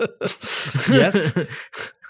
Yes